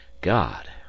god